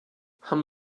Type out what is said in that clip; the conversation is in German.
haben